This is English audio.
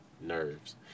nerves